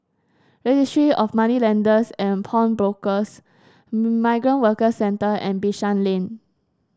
Registry of Moneylenders and Pawnbrokers Migrant Workers Centre and Bishan Lane